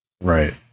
Right